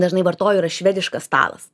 dažnai vartoju yra švediškas stalas